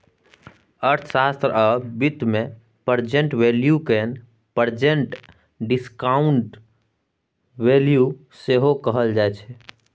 अर्थशास्त्र आ बित्त मे प्रेजेंट वैल्यू केँ प्रेजेंट डिसकांउटेड वैल्यू सेहो कहल जाइ छै